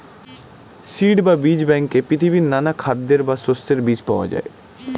seed বা বীজ ব্যাংকে পৃথিবীর নানা খাদ্যের বা শস্যের বীজ পাওয়া যায়